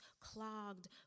clogged